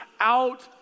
out